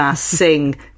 sing